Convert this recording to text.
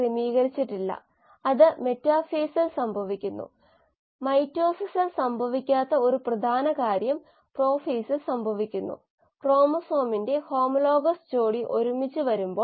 ഉദാഹരണത്തിന് ഇത് നമ്മൾ കാണുന്ന 1 ഗ്ലൂക്കോസ് തന്മാത്രയാണ് ഇത് ഇവിടെ ഓക്സിജനാണ് ഞാൻ സൂചിപ്പിച്ചിട്ടില്ല പക്ഷെ ഇത് ഓക്സിജനാണ് ഇത് carbon 1 carbon 2 carbon 3 carbon 4 carbon 5 carbon 6 C6H12O6 ആണ്